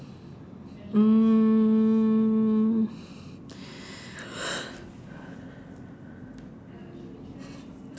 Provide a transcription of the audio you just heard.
mm